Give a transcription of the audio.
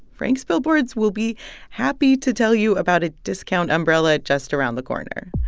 frank's billboards will be happy to tell you about a discount umbrella just around the corner.